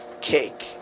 cake